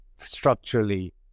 structurally